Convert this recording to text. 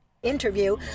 interview